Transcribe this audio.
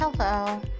Hello